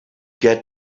get